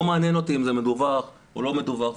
לא מעניין אותי אם זה מדווח או לא מדווח.